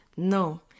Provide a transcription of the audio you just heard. No